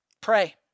Pray